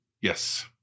Yes